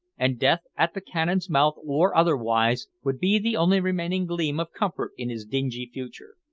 and death at the cannon's mouth, or otherwise, would be the only remaining gleam of comfort in his dingy future.